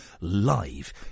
live